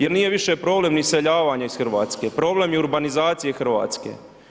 Jer nije više problem ni iseljavanje iz Hrvatske, problem je urbanizacije Hrvatske.